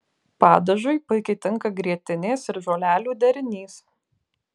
padažui puikiai tinka grietinės ir žolelių derinys